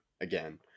again